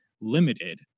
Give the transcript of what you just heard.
limited